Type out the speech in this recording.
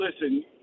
listen